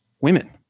women